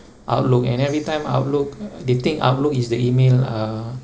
Outlook and every time Outlook they think Outlook is the email uh